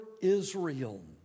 Israel